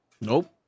Nope